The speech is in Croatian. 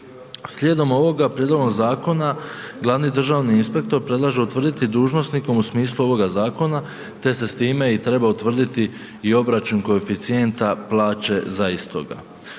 Slijedom ovoga prijedloga zakona glavni državni inspektor predlaže utvrditi dužnosti u smislu ovoga zakona te se s time i treba utvrditi i obračun koeficijenta plaće za istoga.